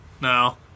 No